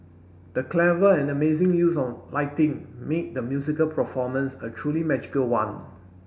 the clever and amazing use of lighting made the musical performance a truly magical one